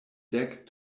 dek